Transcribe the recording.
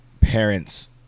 parents